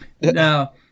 Now